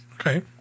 Okay